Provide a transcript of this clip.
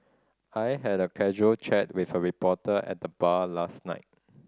I had a casual chat with a reporter at the bar last night